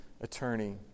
attorney